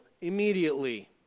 immediately